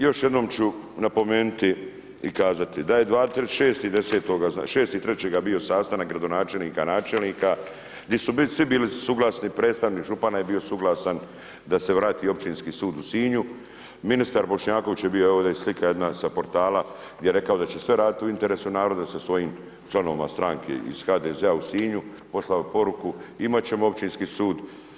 Još jednom ću napomenuti i kazati da je 26.3. bio sastanak gradonačelnika, načelnika di su svi bili suglasni, predstavnik župana je bio suglasan, da se vrati općinski sud u Sinju, ministar Bošnjaković je bio, evo ovdje i slika jedna sa portala gdje je rekao da će sve raditi u interesu naroda sa svojim članovima stranke iz HDZ-a u Sinju, poslao poruku imati ćemo općinski sud.